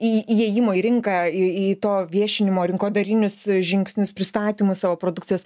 į įėjimo į rinką į į to viešinimo rinkodarinius žingsnius pristatymus savo produkcijos